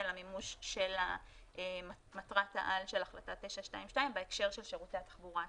למימוש של מטרת העל של החלטה 922 בהקשר של שירותי התחבורה הציבורית.